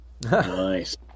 Nice